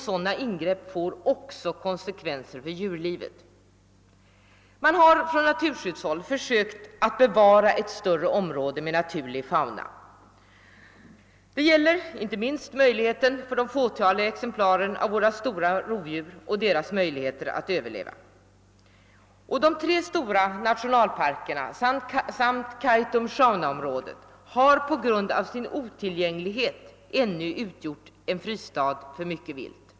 Sådana ingrepp får också konsekvenser för djurlivet. Man har från naturskyddshåll försökt bevara ett större område med naturlig fauna. Det gäller inte minst att bereda möjligheter för de fåtaliga exemplaren av våra stora rovdjur att överleva. De tre stora nationalparkerna samt Kaitum Sjaunjaområdet har på grund av sin otillgänglighet ännu utgjort fristad för mycket vilt.